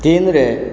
ତିନିରେ